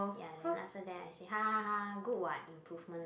ya then after that I say ha ha good what improvement lah